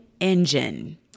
engine